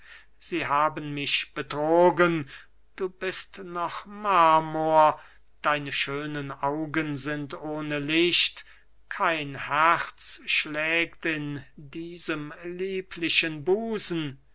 sie haben mich betrogen du bist noch marmor deine schönen augen sind ohne licht kein herz schlägt in diesem lieblichen busen